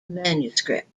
manuscript